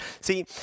See